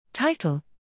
title